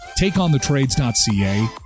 TakeOnTheTrades.ca